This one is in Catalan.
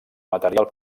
material